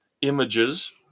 images